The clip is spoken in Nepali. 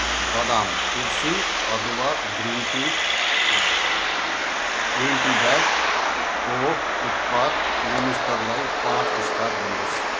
बदाम तुलसी अदुवा ग्रिन टी ग्रिन टी ब्यागको उत्पाद गुणस्तरलाई पाँच स्टार दिनुहोस्